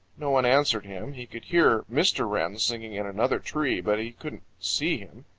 no one answered him. he could hear mr. wren singing in another tree, but he couldn't see him.